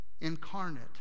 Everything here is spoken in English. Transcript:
incarnate